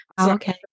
Okay